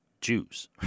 Jews